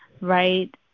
right